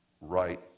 right